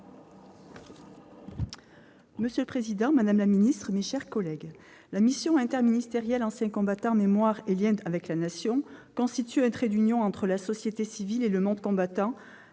Monsieur le président, madame la secrétaire d'État, mes chers collègues, la mission interministérielle « Anciens combattants, mémoire et liens avec la Nation » constitue un trait d'union entre la société civile et le monde combattant,